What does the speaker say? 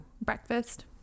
Breakfast